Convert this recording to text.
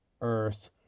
earth